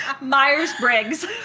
Myers-Briggs